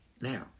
Now